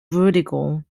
würdigung